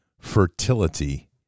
fertility